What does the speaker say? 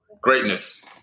Greatness